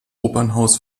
opernhaus